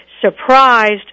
surprised